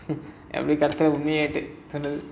அதான்:adhaan